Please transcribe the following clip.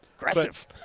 Aggressive